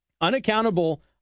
Unaccountable